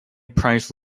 price